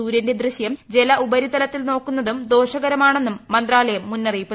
സൂര്യന്റെ ദൃശ്യം ജല ഉപരിതലത്തിൽ നോക്കുന്നതും ദോഷകരമാണെന്ന് മന്ത്രാലയം അറിയിച്ചു